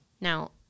Now